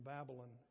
Babylon